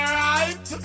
right